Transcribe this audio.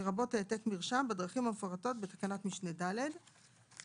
לרבות העתק מרשם, בדרכים המפורטות בתקנת משנה (ד).